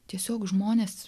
tiesiog žmonės